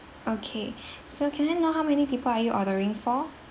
okay so can I know how many people are you ordering for